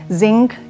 zinc